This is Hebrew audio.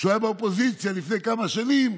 כשהוא היה באופוזיציה לפני כמה שנים,